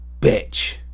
bitch